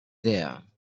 there